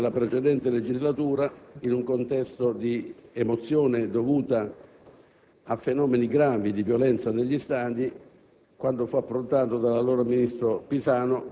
segue il lavoro svolto nella precedente legislatura in un contesto di emozione, dovuta a gravi fenomeni di violenza negli stadi,